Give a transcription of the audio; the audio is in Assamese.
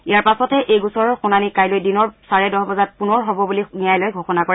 ইয়াৰ পাছতে এই গোচৰৰ শুনানি কাইলৈ দিনৰ চাৰে দহ বজাত পুনৰ হব বুলি ন্যায়ালয়ে ঘোষণা কৰে